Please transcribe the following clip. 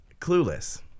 Clueless